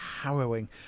harrowing